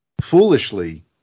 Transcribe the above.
foolishly